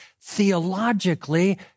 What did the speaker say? theologically